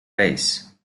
race